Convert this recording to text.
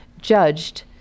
judged